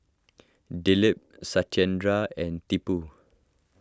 Dilip Satyendra and Tipu